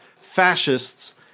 fascists